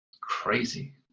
crazy